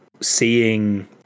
seeing